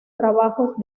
trabajos